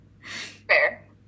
Fair